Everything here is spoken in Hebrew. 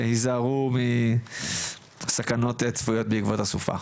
היזהרו מסכנות צפויות בעקבות הסופה.